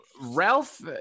Ralph